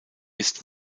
ist